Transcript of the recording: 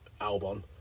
Albon